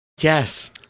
Yes